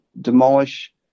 demolish